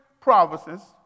provinces